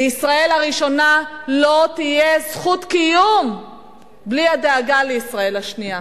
לישראל הראשונה לא תהיה זכות קיום בלי הדאגה לישראל השנייה.